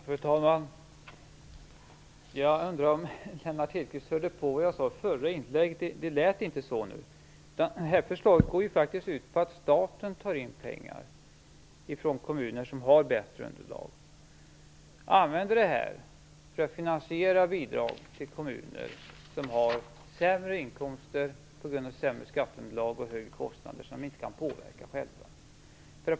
Fru talman! Jag undrar om Lennart Hedquist hörde på vad jag sade i mitt förra inlägg. Det lät inte så. Det här förslaget går ju faktiskt ut på att staten tar in pengar från kommuner som har bättre underlag och använder det för att finansiera bidrag till kommuner som har sämre inkomster på grund av ett sämre skatteunderlag och högre kostnader som de inte kan påverka själva.